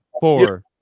four